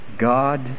God